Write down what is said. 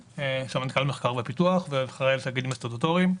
סמנכ"ל מחקר ופיתוח ואחראי על התאגידים הסטטוטוריים.